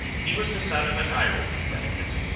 he was the son of an irish medicus,